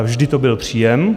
Vždy to byl příjem.